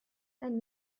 and